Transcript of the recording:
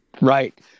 Right